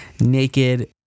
naked